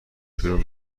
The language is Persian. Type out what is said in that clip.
شروع